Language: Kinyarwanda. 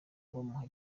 bamuha